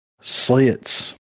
slits